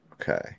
Okay